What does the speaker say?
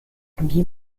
wie